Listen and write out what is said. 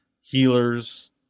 healers